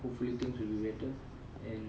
hopefully things will be better and